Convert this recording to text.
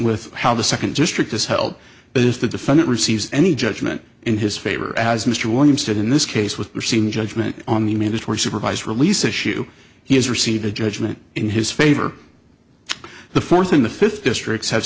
with how the second district is held but if the defendant receives any judgment in his favor as mr williams did in this case with missing judgement on the mandatory supervised release issue he has received a judgment in his favor the fourth in the fifth district have